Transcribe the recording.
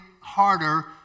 harder